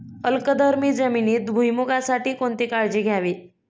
अल्कधर्मी जमिनीत भुईमूगासाठी कोणती काळजी घ्यावी?